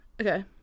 Okay